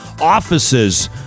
offices